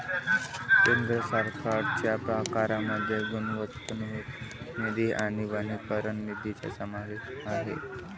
केंद्र सरकारच्या प्रकारांमध्ये गुंतवणूक निधी आणि वनीकरण निधीचा समावेश आहे